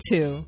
Two